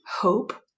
hope